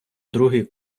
другий